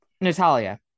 Natalia